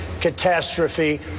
catastrophe